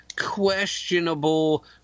questionable –